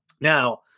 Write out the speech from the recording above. Now